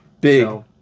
Big